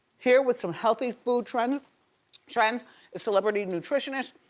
here with some healthy food trend trends is celebrity nutritionist,